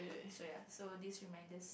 so ya so these reminders